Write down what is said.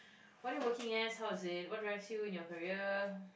what are you working as how is it what drives you in your career